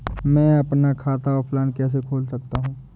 मैं अपना खाता ऑफलाइन कैसे खोल सकता हूँ?